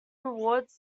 rewards